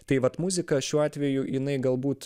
tai vat muzika šiuo atveju jinai galbūt